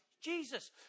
Jesus